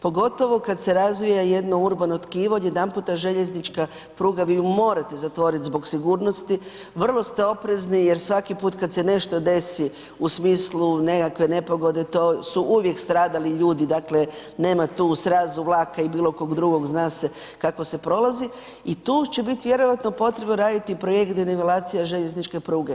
Pogotovo kad se razvija jedno urbano tkivo odjedanputa željeznička pruga, vi ju morate zatvoriti zbog sigurnosti, vrlo ste oprezni jer svaki put kad se nešto desi u smislu nekakve nepogode to su uvijek stradali ljudi, dakle nema tu u srazu vlaka i bilo kog drugog zna se kako se prolazi i tu će biti vjerojatno potrebno raditi projekt denivelacija željezničke pruge.